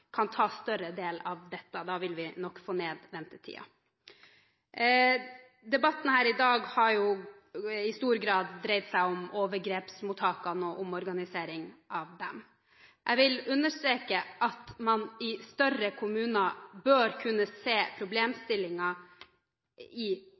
ta en større del av dette. Da vil vi nok få ned ventetiden. Debatten her i dag har jo i stor grad dreid seg om overgrepsmottakene og omorganisering av dem. Jeg vil understreke at man i større kommuner bør kunne se